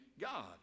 God